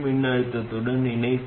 அது அங்கே இருக்கிறது